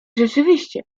rzeczywiście